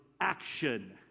action